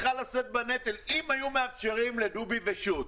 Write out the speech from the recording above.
אם היו מאפשרים לדובי אמיתי ושות'